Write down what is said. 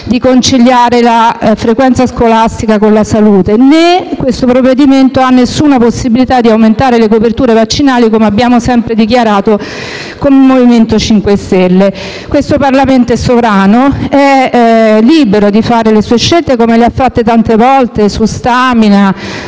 di conciliare la frequenza scolastica con la salute. Inoltre questo provvedimento non ha nessuna possibilità di aumentare le coperture vaccinali, come abbiamo sempre dichiarato come MoVimento 5 Stelle. Questo Parlamento è sovrano ed è libero di fare le sue scelte come ha fatto tante volta, su Stamina